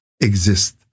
exist